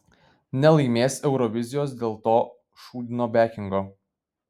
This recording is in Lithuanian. nelaimės eurovizijos dėl to šūdino bekingo